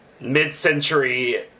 mid-century